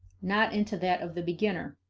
not into that of the beginner,